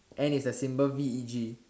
and it is a symbol V E G